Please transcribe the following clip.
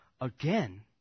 Again